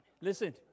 listen